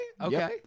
Okay